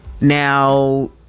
Now